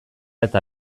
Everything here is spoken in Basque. eta